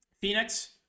Phoenix